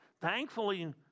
Thankfully